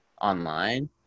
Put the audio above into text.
online